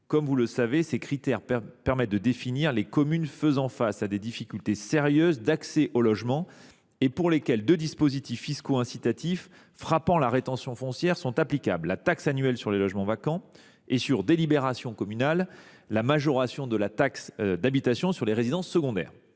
Comme vous le savez, ces critères permettent de définir les communes faisant face à des difficultés sérieuses d’accès au logement et pour lesquelles deux dispositifs fiscaux incitatifs frappant la rétention foncière sont applicables : la taxe annuelle sur les logements vacants (TLV) et, sur délibération communale, la majoration de la taxe d’habitation sur les résidences secondaires.